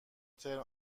ترم